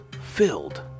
filled